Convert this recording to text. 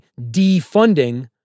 defunding